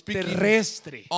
terrestre